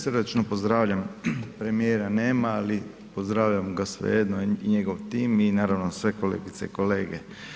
Srdačno pozdravljam, premijera nema ali pozdravljam ga svejedno i njegov tim i naravno sve kolegice i kolege.